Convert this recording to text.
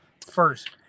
first